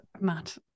Matt